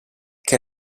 che